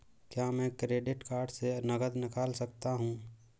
क्या मैं credit card से नकद निकाल सकता हूँ?